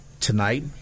tonight